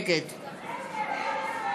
נגד איך זה?